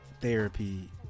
therapy